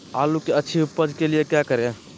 आलू की अच्छी उपज के लिए क्या करें?